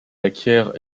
acquiert